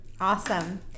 Awesome